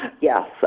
Yes